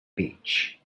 beach